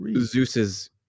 Zeus's